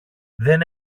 δεν